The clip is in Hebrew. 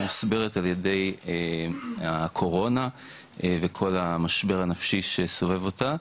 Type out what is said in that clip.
מוסברת על ידי הקורונה וכל המשבר הנפשי שסובב אותה,